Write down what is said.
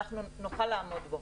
שנוכל לעמוד בו.